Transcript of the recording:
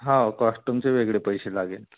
हो कॉस्ट्युमचे वेगळे पैसे लागेल